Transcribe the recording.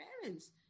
parents